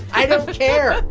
i don't care.